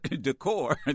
decor